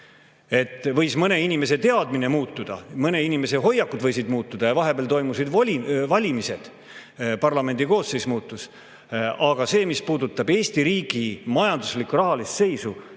Võis mõne inimese teadmine muutuda, mõne inimese hoiakud võisid muutuda. Ja vahepeal toimusid valimised, parlamendi koosseis muutus. Aga mis puudutab Eesti riigi majanduslikku, rahalist seisu,